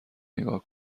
نگاه